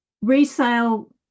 Resale